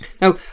Now